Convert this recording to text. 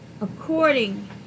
according